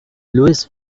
louis